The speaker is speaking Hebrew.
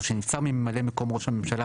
או שנבצר ממלא מקום ראש הממשלה